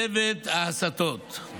במובן הזה הצעת החוק היא חשובה,